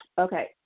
Okay